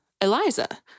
Eliza